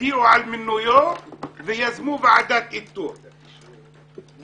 הודיעו על מינויו ויזמו ועדת איתור ואישרו.